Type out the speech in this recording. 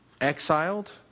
exiled